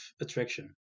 attraction